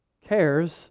cares